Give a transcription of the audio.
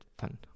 fun